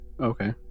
Okay